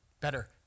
Better